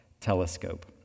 telescope